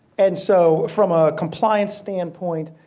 and so from a compliance standpoint,